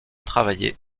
travailler